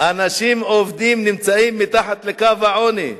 אנשים עובדים נמצאים מתחת לקו העוני,